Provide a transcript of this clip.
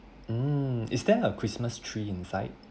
um is there a christmas tree inside